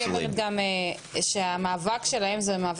צעירים): אני גם תמיד אומרת: המאבק שלהם זה מאבק